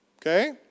Okay